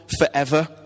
forever